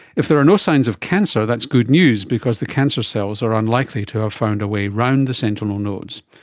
if there are no signs of cancer, that's good news because the cancer cells are unlikely to have found a way around the sentinel nodes.